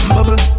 Bubble